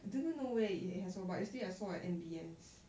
I didn't know where it has lor but yesterday I saw at M_B_S